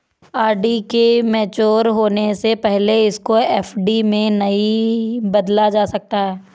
RD के mature होने से पहले इसको एफ.डी में नहीं बदला जा सकता